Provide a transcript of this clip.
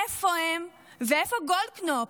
איפה הם ואיפה גולדקנופ,